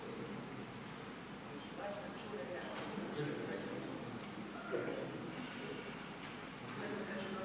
Hvala vam